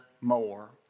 more